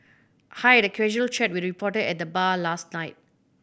I had a casual chat with a reporter at the bar last night